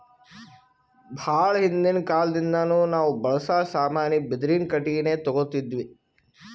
ಭಾಳ್ ಹಿಂದಿನ್ ಕಾಲದಿಂದಾನು ನಾವ್ ಬಳ್ಸಾ ಸಾಮಾನಿಗ್ ಬಿದಿರಿನ್ ಕಟ್ಟಿಗಿನೆ ತೊಗೊತಿದ್ವಿ